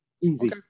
easy